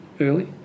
early